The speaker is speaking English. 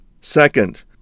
Second